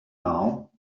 now